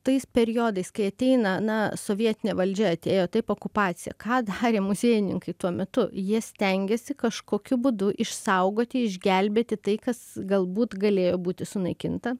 tais periodais kai ateina na sovietinė valdžia atėjo taip okupacija ką darė muziejininkai tuo metu jie stengėsi kažkokiu būdu išsaugoti išgelbėti tai kas galbūt galėjo būti sunaikinta